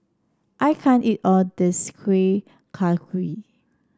I can't eat all this Kuih Kaswi